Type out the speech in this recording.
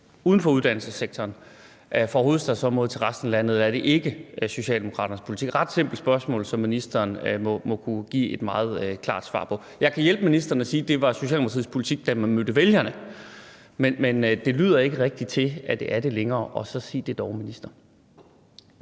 uden for uddannelsessektoren til resten af landet, eller er det ikke Socialdemokraternes politik? Det er et ret simpelt spørgsmål, som ministeren må kunne give et meget klart svar på. Jeg kan hjælpe ministeren og sige, at det var Socialdemokratiets politik, da man mødte vælgerne, men det lyder ikke rigtig, som om det er det længere, og så sig det dog, minister.